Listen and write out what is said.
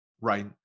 right